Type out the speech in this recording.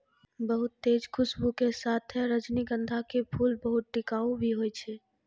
बहुत तेज खूशबू के साथॅ रजनीगंधा के फूल बहुत टिकाऊ भी हौय छै